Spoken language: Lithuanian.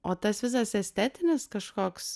o tas visas estetinis kažkoks